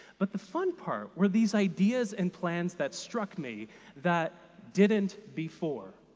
but the fun part were these ideas and plans that struck me that didn't before,